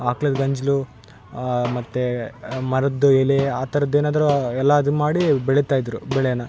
ಅಕ್ಳದ ಗಂಜಲು ಮತ್ತು ಮರದ ಎಲೆ ಆ ಥರದು ಏನಾದರು ಎಲ್ಲ ಅದನ್ನ ಮಾಡಿ ಬೆಳೀತಾಯಿದರು ಬೆಳೇನ